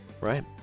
Right